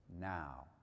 now